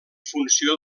funció